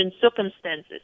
circumstances